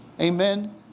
Amen